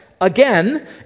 again